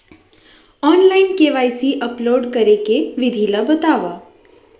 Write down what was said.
Online KYC upload करे के विधि ला बतावव?